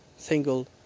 single